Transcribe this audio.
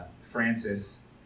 Francis